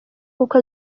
kuko